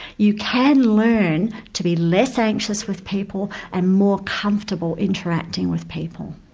you can learn to be less anxious with people and more comfortable interacting with people.